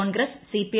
Congress CP